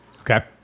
Okay